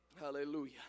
Hallelujah